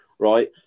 Right